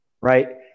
Right